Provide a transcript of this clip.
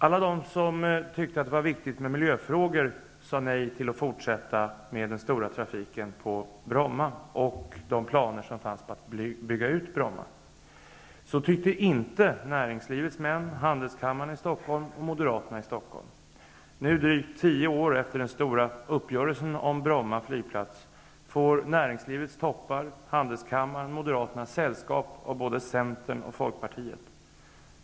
Alla de som tyckte att det var viktigt med miljöfrågor sade nej till att fortsätta med den stora trafiken på Bromma och de planer som fanns på att bygga ut Bromma. Så tyckte inte näringslivets män, handelskammaren i Stockholm och Moderaterna i Stockholm. Nu, drygt tio år efter den stora uppgörelsen om Bromma flygplats, får näringslivets toppar, handelskammaren och Moderaterna sällskap av både Centern och Folkpartiet.